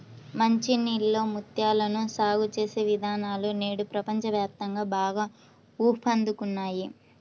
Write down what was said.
మంచి నీళ్ళలో ముత్యాలను సాగు చేసే విధానాలు నేడు ప్రపంచ వ్యాప్తంగా బాగా ఊపందుకున్నాయి